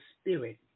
spirit